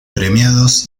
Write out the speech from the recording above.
premiados